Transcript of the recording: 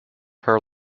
her